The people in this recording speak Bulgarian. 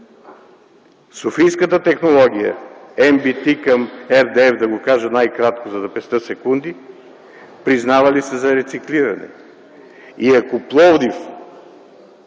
Софийската технология MBS към RDF, да го кажа най-кратко, за да пестя секунди, признава ли се за рециклиране? И ако в Пловдив